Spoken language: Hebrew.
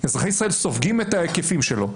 אזרחי ישראל סופגים את ההיקפים שלו.